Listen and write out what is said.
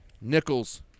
Nichols